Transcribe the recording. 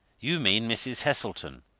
you mean mrs. heselton.